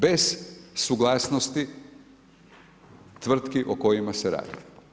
Bez suglasnosti tvrtki o kojima se radi.